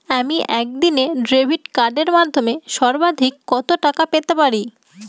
আমি একদিনে ডেবিট কার্ডের মাধ্যমে সর্বাধিক কত টাকা পেতে পারি?